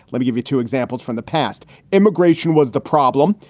let me give you two examples from the past immigration was the problem.